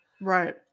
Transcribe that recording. Right